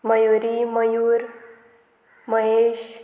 Mayuri Mayur Mahesh